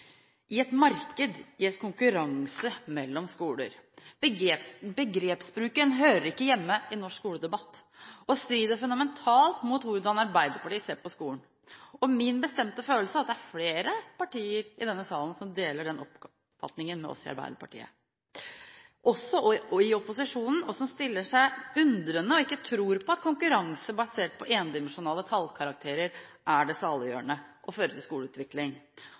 i et marked, i konkurranse mellom skoler. Begrepsbruken hører ikke hjemme i norsk skoledebatt, og dette strider fundamentalt med hvordan Arbeiderpartiet ser på skolen. Det er min bestemte følelse at det er flere partier i denne salen, også fra opposisjonen, som deler denne oppfatningen med oss i Arbeiderpartiet, og som stiller seg undrende og ikke tror at konkurranse basert på endimensjonale tallkarakterer er det saliggjørende og fører til skoleutvikling.